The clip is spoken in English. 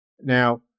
now